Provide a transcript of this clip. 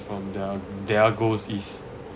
from their their goals is